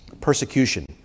persecution